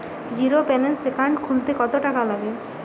Zero balance account খুলতে কত টাকা লাগে?